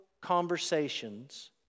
conversations